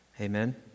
Amen